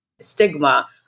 stigma